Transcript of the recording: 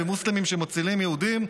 ועל מוסלמים שמצילים יהודים,